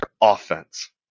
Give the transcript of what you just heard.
offense